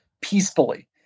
peacefully